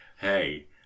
hey